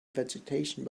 vegetation